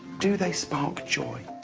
do they spark joy.